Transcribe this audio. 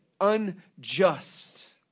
unjust